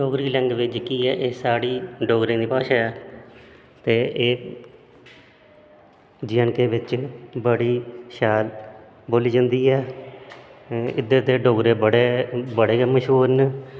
Dogri language जेह्ड़ी ऐ एह् साढ़ी डोगरें दी भाशा ऐ ते एह् जे ऐंड़ के च बड़ी शैल बोल्ली जंदी ऐ इध्दर दे डोगरे बड़े गै मश्हूर न